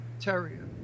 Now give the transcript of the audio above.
Terrier